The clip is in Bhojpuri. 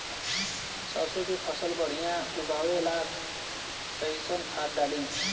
सरसों के फसल बढ़िया उगावे ला कैसन खाद डाली?